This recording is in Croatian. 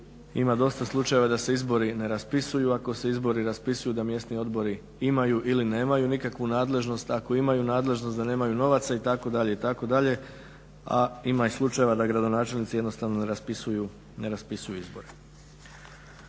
ima dosta slučajeva da se izbori ne raspisuju. Ako se izbori raspisuju da mjesni odbori imaju ili nemaju nikakvu nadležnost. Ako imaju nadležnost da nemaju novaca itd. itd. A ima i slučajeva da gradonačelnici jednostavno ne raspisuju izbore.